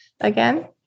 again